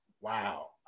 Wow